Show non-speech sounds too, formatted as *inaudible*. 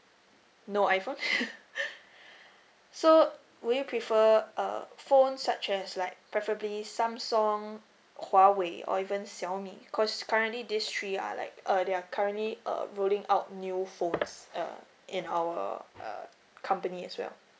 no iphone *laughs* so would you prefer uh phone such as like preferably samsung huawei or even xiaomi cause currently these three are like uh they are currently uh rolling out new phones uh in our uh company as well